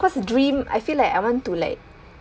what's the dream I feel like I want to like